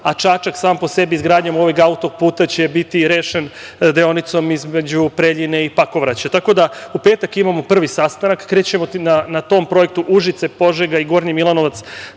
a Čačak sam po sebi izgradnjom ovog autoputa će biti rešen deonicom između Preljine i Pakovraća.U petak imamo prvi sastanak. Krećemo na tom projektu Užice-Požega-Gornji Milanovac